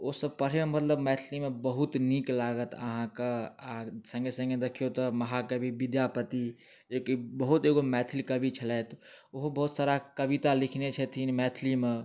ओसब पढ़ैमे मतलब मैथलीमे बहुत नीक लागत अहाँकऽ आ सङ्गे सङ्गे देखियौ तऽ महाकवि विद्यापति जे कि बहुत एगो मैथली कवि छलथि ओहो बहुत सरा कविता लिखने छथिन मैथलीमे